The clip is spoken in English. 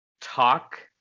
talk